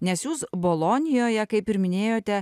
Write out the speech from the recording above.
nes jūs bolonijoje kaip ir minėjote